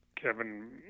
Kevin